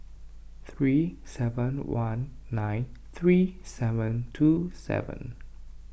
three seven one nine three seven two seven